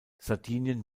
sardinien